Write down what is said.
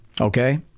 okay